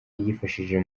yifashishije